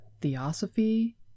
Theosophy